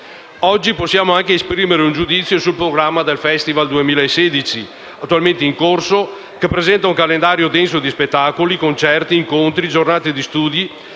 Oggi possiamo anche esprimere un giudizio sul programma del Festival 2016, attualmente in corso, che presenta un calendario denso di spettacoli, concerti, incontri e giornate di studi,